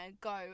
go